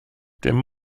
dim